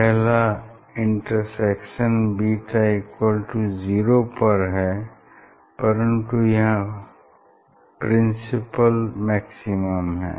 पहला इंटरसेक्शन β0 पर है परन्तु यहाँ प्रिंसिपल मैक्सिमम है